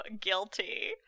guilty